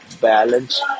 balance